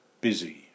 busy